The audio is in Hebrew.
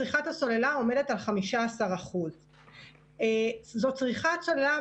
צריכת הסוללה עומדת על 15%. זו צריכת סוללה,